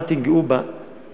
אל תיגעו בעיקרון